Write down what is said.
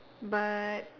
but